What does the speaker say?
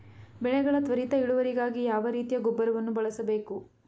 ಬೆಳೆಗಳ ತ್ವರಿತ ಇಳುವರಿಗಾಗಿ ಯಾವ ರೀತಿಯ ಗೊಬ್ಬರವನ್ನು ಬಳಸಬೇಕು?